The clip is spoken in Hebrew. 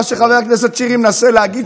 מה שחבר הכנסת שירי מנסה להגיד,